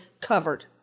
covered